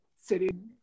sitting